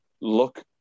look